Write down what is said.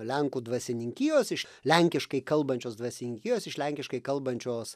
lenkų dvasininkijos iš lenkiškai kalbančios dvasininkijos iš lenkiškai kalbančios